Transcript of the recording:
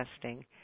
testing